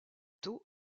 taux